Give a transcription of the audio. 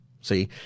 see